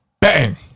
Bang